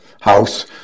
house